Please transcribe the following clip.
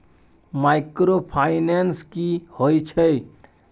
Microfinance की होय छै?